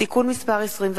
(תיקון מס' 21)